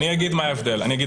אני אגיד מה ההבדל.